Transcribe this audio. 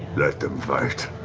let them fight.